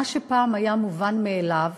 מה שפעם היה מובן מאליו